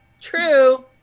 True